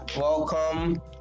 welcome